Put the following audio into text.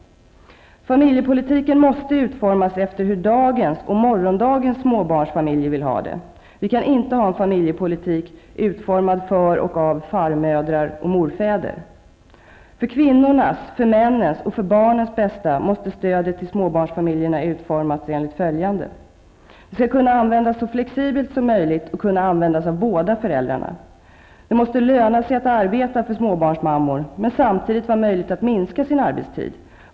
Familjepolitiken måste utformas efter hur dagens och morgondagens småbarnsfamiljer vill ha det. Vi kan inte ha en familjepolitik utformad för och av farmödrar och morfäder. För kvinnornas, männens och barnens bästa måste stödet till småbarnsfamiljerna utformas enligt följande. Det måste löna sig att arbeta för småbarnsmammor, men samtidigt vara möjligt att minska sin arbetstid.